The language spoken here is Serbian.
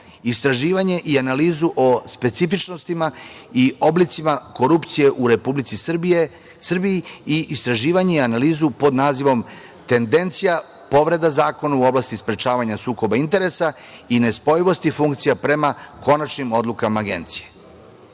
istraživanje i analizu o specifičnostima i oblicima korupcije u Republici Srbiji i istraživanje i analizu pod nazivom „Tendencija povreda Zakona u oblasti sprečavanja sukoba interesa i nespojivosti funkcija prema konačnim odlukama agencije“.Kao